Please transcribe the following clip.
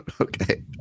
okay